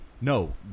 no